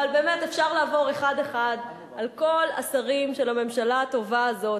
אבל באמת אפשר לעבור אחד אחד על כל השרים של הממשלה הטובה הזאת,